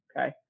okay